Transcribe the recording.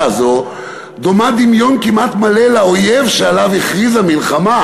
הזאת דומה דמיון כמעט מלא לאויב שעליו הכריזה מלחמה,